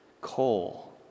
coal